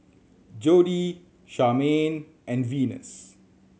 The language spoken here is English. Jodie Charmaine and Venus